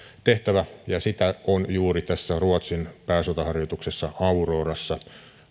tehtävä ja sitä on juuri tässä ruotsin pääsotaharjoituksessa aurorassa